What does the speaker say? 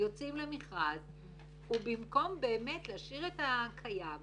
יוצאים למכרז ובמקום להשאיר את הקיים,